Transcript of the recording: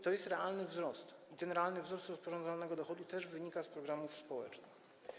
To jest realny wzrost i ten realny wzrost rozporządzalnego dochodu też wynika z programów społecznych.